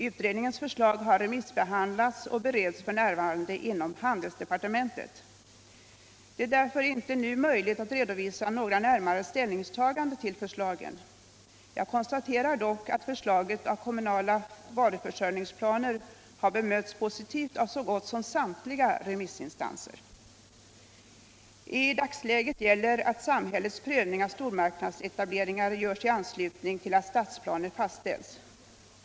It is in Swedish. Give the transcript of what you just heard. Utredningens förslag har remissbehandlats och bereds f. n. inom handelsdepartementet. Det är därför inte nu möjligt att redovisa några närmare ställningstaganden till förslagen. Jag konstaterar dock att förslaget om kommunala varuförsörjningsplaner har bemötts positivt av så gott som samtliga remissinstanser. I dagsläget gäller att samhällets prövning av stormarknadsetableringar görs i anslutning till att stadsplaner fastställs.